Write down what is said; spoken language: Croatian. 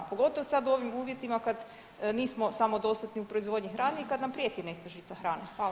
Pogotovo sad u ovim uvjetima kad nismo samodostatni u proizvodnji hrane i kad nam prijeti nestašica hrane.